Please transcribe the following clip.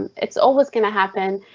it's always going to happen.